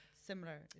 similar